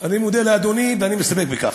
אני מודה לאדוני ואני מסתפק בכך.